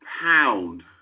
pound